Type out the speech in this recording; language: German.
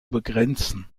begrenzen